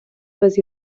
без